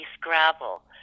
Gravel